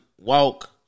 walk